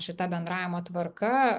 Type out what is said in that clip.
šita bendravimo tvarka